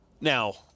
now